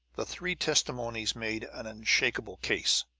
the three testimonies made an unshakable case.